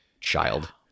child